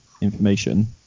information